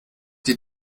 die